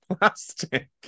plastic